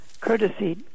courtesy